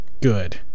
good